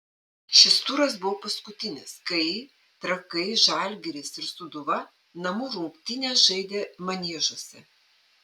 šis turas buvo paskutinis kai trakai žalgiris ir sūduva namų rungtynes žaidė maniežuose